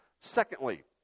Secondly